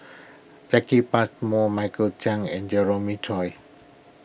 Jacki Passmore Michael Chiang and Jeremiah Choy